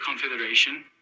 Confederation